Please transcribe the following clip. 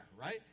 right